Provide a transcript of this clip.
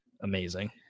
amazing